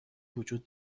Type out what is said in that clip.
وجود